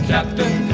Captain